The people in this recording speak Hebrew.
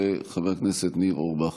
לחבר הכנסת ניר אורבך.